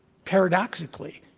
paradoxically,